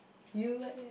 you leh